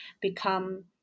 become